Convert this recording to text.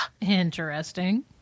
Interesting